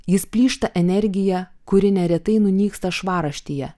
jis plyšta energija kuri neretai nunyksta švarraštyje